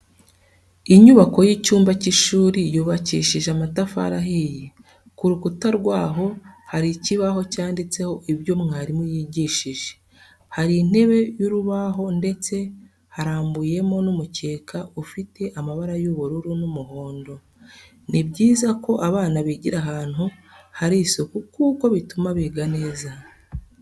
Inyubako y'icyumba cy'ishuri yubakishije amatafari ahiye, ku rukuta rwayo hari ikibaho cyanditseho ibyo mwarimu yigishije, hari intebe y'urubaho ndetse harambuyemo n'umukeka ufite amabara y'ubururu n'umuhondo, ni byiza ko abana bigira ahantu hari isuku kuko bituma biga neza.